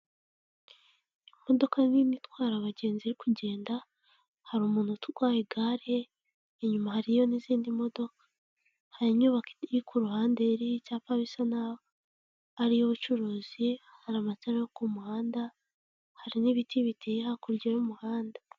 Imodoka nini itwara abagenzi iri kugenda, hari umuntu utwaye igare, inyuma hariyo n'izindi modoka. Hari inyubako iri ku ruhande iriho icyapa bisa n'aho ari iy'ubucuruzi, hari amatara yo ku muhanda, hari n'ibiti biteye hakurya y'umuhanda.